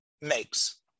makes